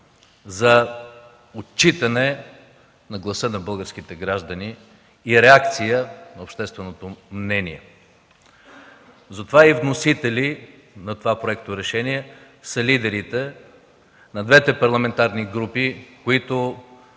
за отчитане на гласа на българските граждани и реакцията на общественото мнение. Затова и вносители на това проекторешение са лидерите на двете парламентарни групи, които